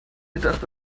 gedacht